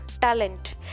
talent